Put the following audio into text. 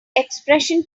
expression